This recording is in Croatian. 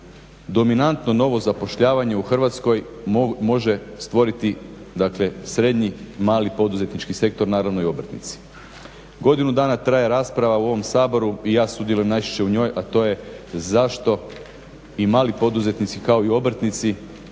dominantno novo zapošljavanje u Hrvatskoj može stvoriti dakle srednji, mali poduzetnički sektor naravno i obrtnici. Godinu dana traje rasprave u ovom Saboru i ja sudjelujem najčešće u njoj, a to je zašto i mali poduzetnici kao i obrtnici